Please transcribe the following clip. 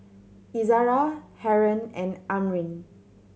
Izzara Haron and Amrin